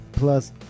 Plus